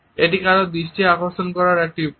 এটি অন্য কারোর দৃষ্টি আকর্ষণ করারও একটি উপায়